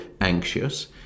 anxious